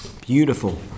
beautiful